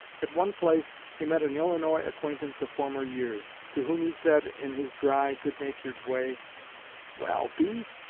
at one place he met an illinois acquaintance of former years, to whom he said, in his dry, good-natured way well, b,